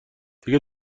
دیگه